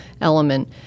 element